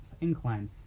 incline